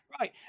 Right